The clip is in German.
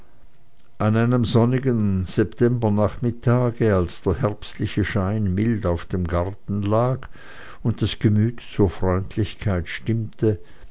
an einem sonnigen septembernachmittage als der herbstliche schein mild auf dem garten lag und das gemüt zur freundlichkeit stimmte